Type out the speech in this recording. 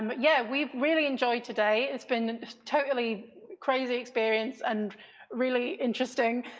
but yeah, we've really enjoyed today. it's been totally crazy experience, and really interesting.